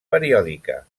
periòdica